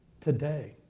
today